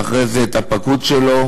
ואחרי זה את הפקוד שלו,